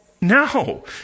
No